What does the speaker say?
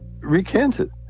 recanted